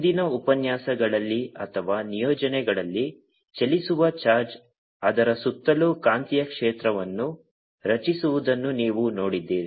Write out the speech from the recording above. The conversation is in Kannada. ಹಿಂದಿನ ಉಪನ್ಯಾಸಗಳಲ್ಲಿ ಅಥವಾ ನಿಯೋಜನೆಗಳಲ್ಲಿ ಚಲಿಸುವ ಚಾರ್ಜ್ ಅದರ ಸುತ್ತಲೂ ಕಾಂತೀಯ ಕ್ಷೇತ್ರವನ್ನು ರಚಿಸುವುದನ್ನು ನೀವು ನೋಡಿದ್ದೀರಿ